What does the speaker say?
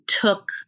took